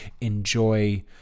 enjoy